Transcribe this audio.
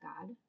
God